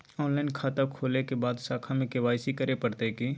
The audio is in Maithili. ऑनलाइन खाता खोलै के बाद शाखा में के.वाई.सी करे परतै की?